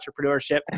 entrepreneurship